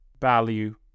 value